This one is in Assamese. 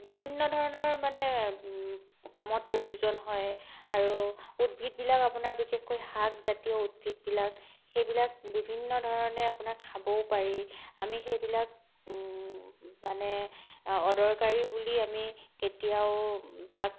বিভিন্ন ধৰণৰ মানে কামত প্ৰয়োজন হয় আৰু উদ্ভিদবিলাক আপোনাৰ বিশেষকৈ শাকজাতীয় উদ্ভিদবিলাক সেইবিলাক বিভিন্ন ধৰণে আপোনাৰ খাবও পাৰি আমি সেইবিলাক মানে অদৰকাৰী বুলি আমি কেতিয়াও তাক